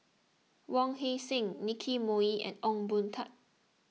Wong Heck Sing Nicky Moey and Ong Boon Tat